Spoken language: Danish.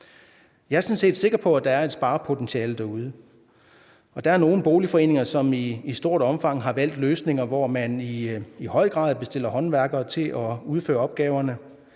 Jeg er sådan set sikker på, at der er et sparepotentiale derude. Der er nogle boligforeninger, som i stort omfang har valgt løsninger, hvor man i stor udstrækning bestiller håndværkere til at udføre opgaverne,